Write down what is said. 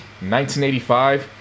1985